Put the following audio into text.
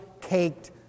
caked